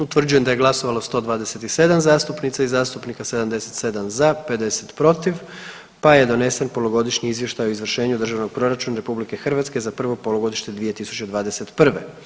Utvrđujem da je glasovalo 127 zastupnica i zastupnika, 77 za i 50 protiv pa je donesen Polugodišnji izvještaj o izvršenju državnog proračuna RH za prvo polugodište 2021.